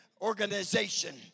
organization